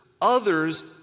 others